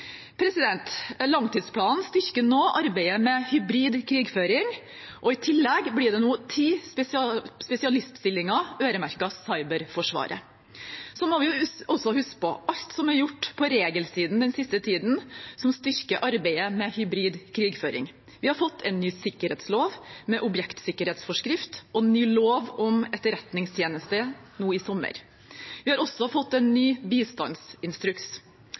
Langtidsplanen styrker nå arbeidet med hybrid krigføring, og i tillegg blir det nå ti spesialiststillinger øremerket Cyberforsvaret. Så må vi også huske på alt som er gjort på regelsiden den siste tiden, som styrker arbeidet med hybrid krigføring. Vi har fått en ny sikkerhetslov, med objektsikkerhetsforskrift, og ny lov om Etterretningstjenesten nå i sommer. Vi har også fått en ny bistandsinstruks.